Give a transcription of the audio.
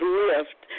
lift